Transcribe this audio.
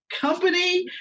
company